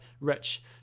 rich